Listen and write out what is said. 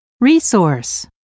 resource